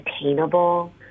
attainable